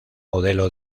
modelo